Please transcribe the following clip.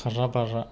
खारला बारला